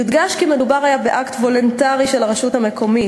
יודגש כי מדובר היה באקט וולונטרי של הרשות המקומית,